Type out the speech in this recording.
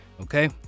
okay